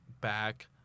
back